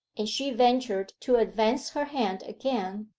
and she ventured to advance her hand again,